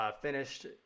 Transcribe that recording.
finished